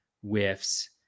whiffs